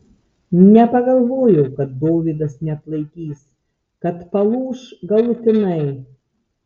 nepagalvojau kad dovydas neatlaikys kad palūš galutinai